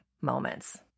moments